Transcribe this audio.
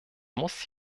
muss